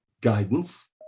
guidance